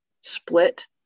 split